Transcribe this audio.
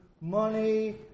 Money